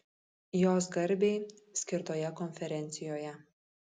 jos garbei skirtoje konferencijoje